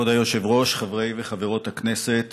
כבוד היושב-ראש, חברי וחברות הכנסת,